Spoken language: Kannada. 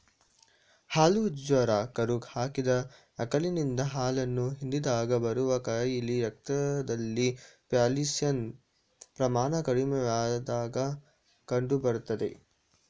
ಹಾಲು ಜ್ವರ ಕರು ಹಾಕಿದ ಆಕಳಿನಿಂದ ಹಾಲನ್ನು ಹಿಂಡಿದಾಗ ಬರುವ ಕಾಯಿಲೆ ರಕ್ತದಲ್ಲಿ ಕ್ಯಾಲ್ಸಿಯಂ ಪ್ರಮಾಣ ಕಡಿಮೆಯಾದಾಗ ಕಂಡುಬರ್ತದೆ